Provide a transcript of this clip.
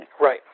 Right